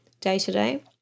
day-to-day